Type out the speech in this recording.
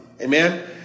Amen